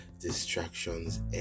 distractions